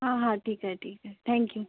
हां हां ठीक आहे ठीक आहे थँक्यू